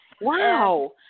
Wow